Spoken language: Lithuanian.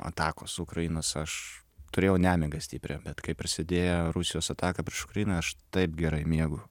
atakos ukrainos aš turėjau nemigą stiprią bet kai prasidėjo rusijos ataka prieš ukrainą aš taip gerai miegu